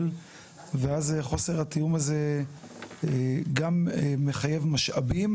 ואז חוסר התיאום הזה גם מחייב משאבים